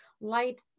light